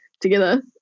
together